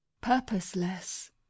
purposeless